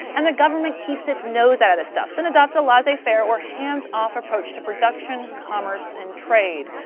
and the government keeps its nose out of the stuff and adopts a laissez faire or hands-off approach to production, commerce, and trade.